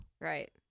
Right